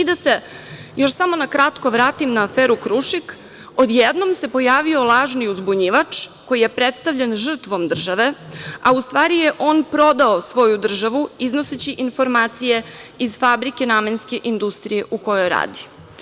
Da se još samo na kratko vratim na aferu „Krušik“ od jednom se pojavio lažni uzbunjivač koji je predstavljen žrtvom države, a u stvari je on prodao svoju državu iznoseći informacije iz fabrike namenske industrije u kojoj radi.